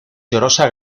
llorosa